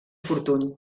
fortuny